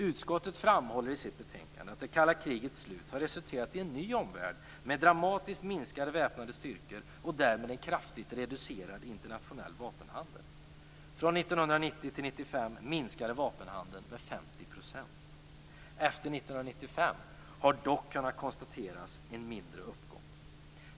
Utskottet framhåller i sitt betänkande att det kalla krigets slut har resulterat i en ny omvärld med dramatiskt minskade väpnade styrkor och därmed en kraftigt reducerad internationell vapenhandel. Från Efter 1995 har dock kunnat konstateras en mindre uppgång.